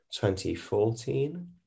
2014